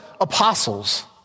apostles